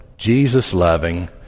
Jesus-loving